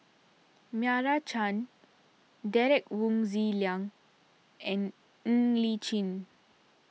Meira Chand Derek Wong Zi Liang and Ng Li Chin